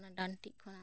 ᱰᱟᱹᱱᱴᱤᱜ ᱠᱷᱚᱱᱟᱜ